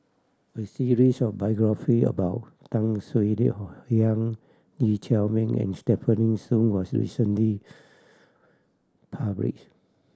a series of biography about Tan Swie Hian Lee Chiaw Meng and Stefanie Sun was recently publish